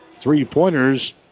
Three-pointers